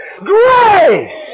Grace